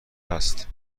هست